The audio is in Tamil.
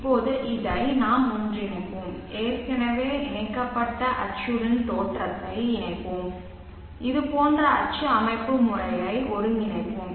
இப்போது இதை நாம் ஒன்றிணைப்போம் ஏற்கனவே இணைக்கப்பட்ட அச்சுடன் தோற்றத்தை இணைப்போம் இது போன்ற அச்சு அமைப்பு முறையை ஒருங்கிணைப்போம்